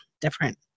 different